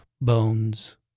bones